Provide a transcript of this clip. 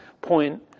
point